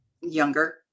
younger